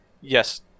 yes